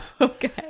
Okay